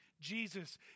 Jesus